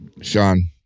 Sean